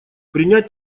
принять